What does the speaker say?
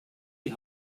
die